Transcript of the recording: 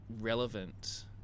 relevant